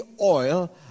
oil